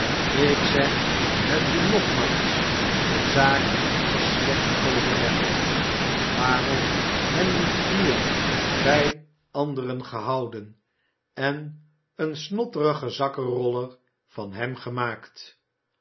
ik zeg het je nogmaals de zaak was slecht overlegd waarom hem niet hier bij anderen gehouden en een snotterigen zakkenroller van hem gemaakt